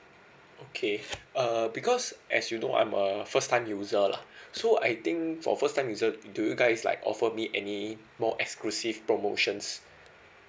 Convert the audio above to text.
okay uh because as you know I'm a first time user lah so I think for first time user do you guys like offer me any more exclusive promotions